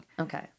Okay